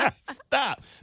Stop